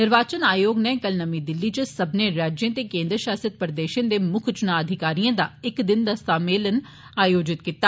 निर्वाचन आयोग नै कल नमीं दिल्ली च सब्बने राज्यें ते केंद्रीय शासित प्रदेशें दे मुक्ख चुना अधिकारिए दा इक दिन दा सम्मेलन आयोजित कीता